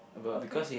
okay